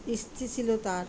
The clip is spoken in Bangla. ছিল তার